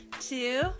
two